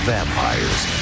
Vampires